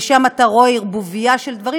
ושם אתה רואה ערבוביה של דברים,